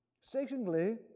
secondly